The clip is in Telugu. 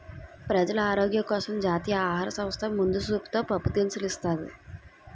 ప్రజలు ఆరోగ్యం కోసం జాతీయ ఆహార సంస్థ ముందు సూపుతో పప్పు దినుసులు ఇస్తాది